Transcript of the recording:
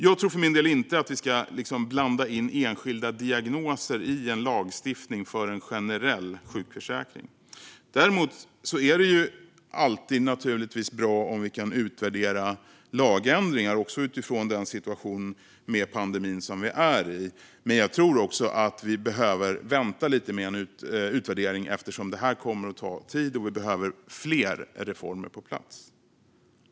Jag tror för min del inte att vi ska blanda in enskilda diagnoser i en lagstiftning för en generell sjukförsäkring. Däremot är det alltid bra om vi kan utvärdera lagändringar, också utifrån den situation med pandemin som vi är i. Men jag tror också att vi behöver vänta lite med en utvärdering eftersom det kommer att ta tid och vi behöver fler reformer på plats.